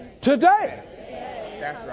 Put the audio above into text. today